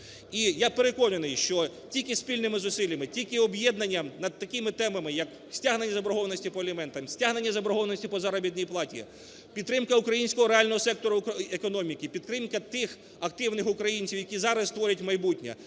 І я переконаний, що тільки спільними зусиллями, тільки об'єднанням над такими темами, як стягнення заборгованості по аліментам, стягнення заборгованості по заробітній платі, підтримка українського реального сектору економіки, підтримка тих активних українців, які зараз творять майбутнє,